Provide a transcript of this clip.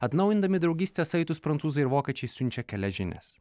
atnaujindami draugystės saitus prancūzai ir vokiečiai siunčia kelias žinias